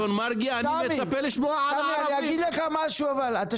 אדון מרגי, אני מצפה לשמוע על הערבים.